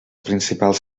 principals